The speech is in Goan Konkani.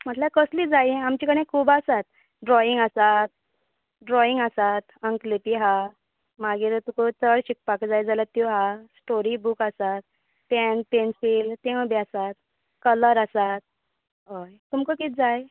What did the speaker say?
म्हटल्यार कसली जाय आमचे कडेन खूब आसात ड्रॉईंग आसात ड्रॉईंग आसात अंकलिपी आसा मागीर तुका तय शिकपाक जाय जाल्यार त्यो हा स्टोरी बूक आसात पॅन पॅन्सील तेवूय बीन कलर आसात हय तुमकां कितें जाय